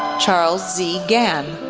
charles z. gan,